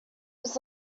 was